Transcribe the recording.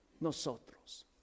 nosotros